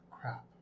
Crap